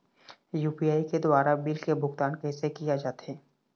UPI के द्वारा bill के भुगतान कैसे किया जाथे?